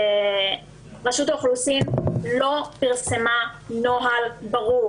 רשות האוכלוסין לא פרסמה נוהל ברור